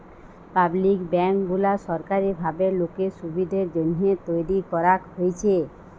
public bank গুলা সরকারি ভাবে লোকের সুবিধের জন্যহে তৈরী করাক হয়েছে